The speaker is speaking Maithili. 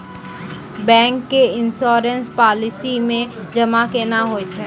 बैंक के इश्योरेंस पालिसी मे जमा केना होय छै?